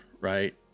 right